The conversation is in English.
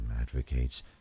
advocates